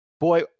boy